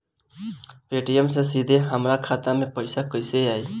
Paytm से सीधे हमरा खाता मे पईसा कइसे आई?